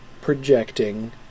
projecting